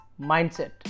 mindset